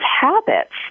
habits